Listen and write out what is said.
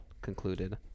concluded